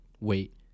wait